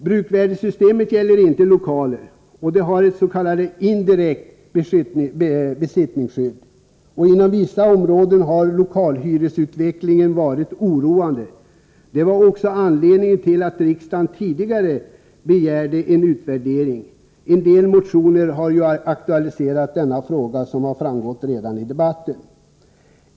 Bruksvärdessystemet gäller inte lokaler. De har ett s.k. indirekt besittningsskydd. Inom vissa områden har lokalhyresutvecklingen varit oroande. Det var också anledningen till att riksdagen tidigare begärde en utvärdering. I en del motioner har denna fråga aktualiserats, som framgått i debatten.